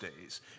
days